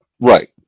Right